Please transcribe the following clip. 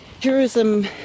Tourism